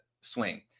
swing